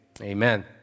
Amen